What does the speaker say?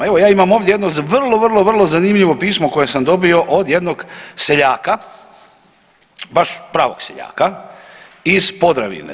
Evo ja imam ovdje jedno vrlo, vrlo, vrlo zanimljivo pismo koje sam dobio od jednog seljaka, baš pravog seljaka iz Podravine.